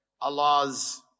Allah's